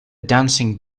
dancing